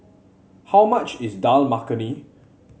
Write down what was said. how much is Dal Makhani